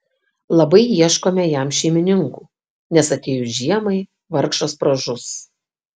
labai ieškome jam šeimininkų nes atėjus žiemai vargšas pražus